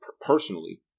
personally